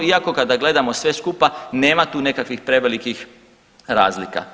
Iako ako gledamo sve skupa nema tu nekakvih prevelikih razlika.